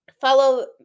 Follow